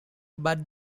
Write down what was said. but